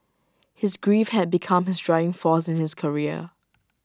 his grief had become his driving force in his career